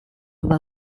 one